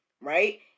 right